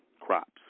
crops